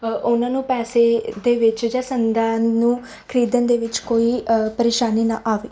ਉਹਨਾਂ ਨੂੰ ਪੈਸੇ ਦੇ ਵਿੱਚ ਜਾਂ ਸੰਦਾ ਨੂੰ ਖਰੀਦਣ ਦੇ ਵਿੱਚ ਕੋਈ ਪਰੇਸ਼ਾਨੀ ਨਾ ਆਵੇ